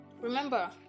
Remember